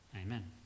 Amen